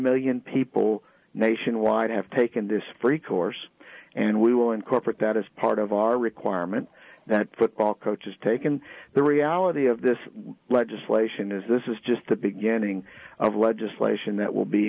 million people nationwide have taken this free course and we will incorporate that as part of our requirement that football coach is taken the reality of this legislation is this is just the beginning of legislation that will be